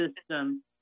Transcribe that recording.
system